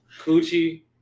coochie